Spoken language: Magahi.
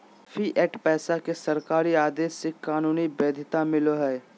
फ़िएट पैसा के सरकारी आदेश से कानूनी वैध्यता मिलो हय